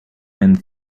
and